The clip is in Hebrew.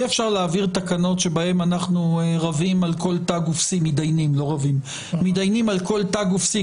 אי אפשר להעביר תקנות שבהן אנחנו מתדיינים על כל תג ועל כל פסיק,